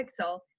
pixel